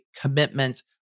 commitment